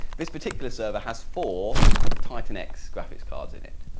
this particular server has four titan x graphics cards in it.